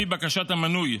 לפי בקשת המנוי,